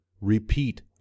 Repeat